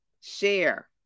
Share